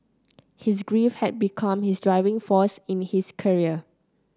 his grief had become his driving force in his career